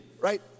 Right